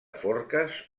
forques